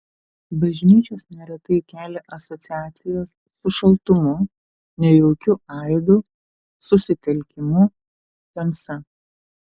bažnyčios neretai kelia asociacijas su šaltumu nejaukiu aidu susitelkimu tamsa